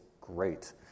great